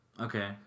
Okay